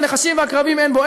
אבל נחשים ועקרבים יש בו,